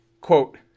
Quote